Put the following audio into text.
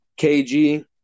KG